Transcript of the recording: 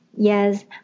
Yes